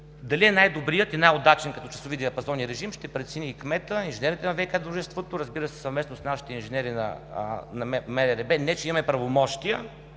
Дали е най-добрият и най-удачен като часови диапазон и режим, ще прецени и кметът, инженерите на ВиК дружеството, разбира се, съвместно с нашите инженери на Министерството